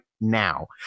now